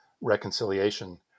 reconciliation